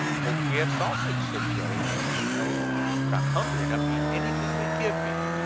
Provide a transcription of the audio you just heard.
hope we have sausage, said jerry in an undertone but i'm hungry enough to eat anything they give me.